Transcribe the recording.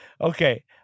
Okay